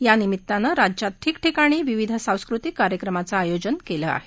यानिमित्तानं राज्यात ठिकठिकाणी विविध सांस्कृतिक कार्यक्रमांचं आयोजन केलं आहे